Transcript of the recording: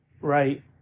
Right